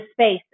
space